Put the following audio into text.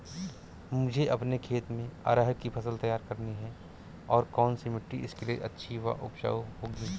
मुझे अपने खेत में अरहर की फसल तैयार करनी है और कौन सी मिट्टी इसके लिए अच्छी व उपजाऊ होगी?